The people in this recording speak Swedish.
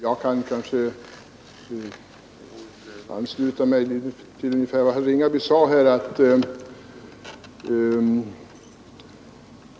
Herr talman!